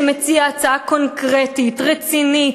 שמציע הצעה קונקרטית ורצינית,